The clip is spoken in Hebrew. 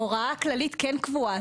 כי הוראה כללית כן קבועה.